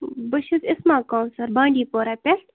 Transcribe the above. بہٕ چھَس اِسما کَوثَر بانٛڈی پورا پیٚٹھ